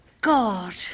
God